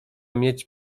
mieć